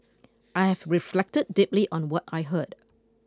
I have reflected deeply on what I heard